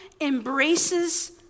embraces